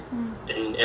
mm